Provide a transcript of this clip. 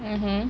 mmhmm